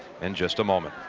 and just a moment.